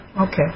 Okay